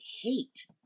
hate